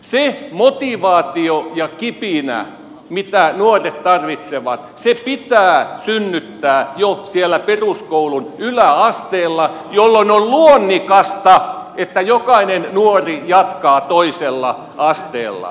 se motivaatio ja kipinä mitä nuoret tarvitsevat pitää synnyttää jo siellä peruskoulun yläasteella jolloin on luonnikasta että jokainen nuori jatkaa toisella asteella